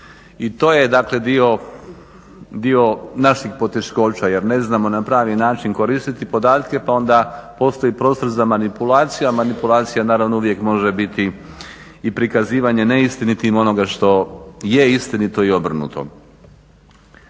I to je dakle dio naših poteškoća jer ne znamo na pravi način koristiti podatke pa onda postoji prostor za manipulaciju, a manipulacija naravno uvijek može biti i prikazivanje neistinitim i onoga što je istinito i obrnuto.